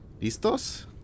Listos